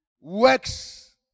works